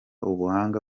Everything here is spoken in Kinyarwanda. ubuhanga